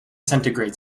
centigrade